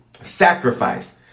Sacrifice